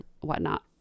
whatnot